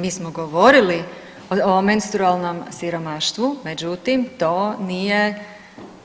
Mi smo govorili o menstrualnom siromaštvu, međutim to nije